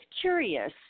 curious